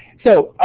so,